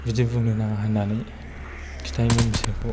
बिदि बुंनो नाङा होननानै खिथायोमोन बिसोरखौ